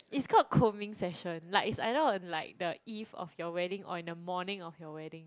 is called combing session like is either on like the eve of your wedding or in the morning of your wedding